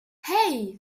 hey